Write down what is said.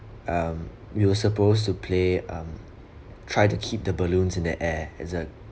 um we were supposed to play um try to keep the balloons in the air it's a